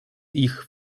ich